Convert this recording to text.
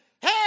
Hey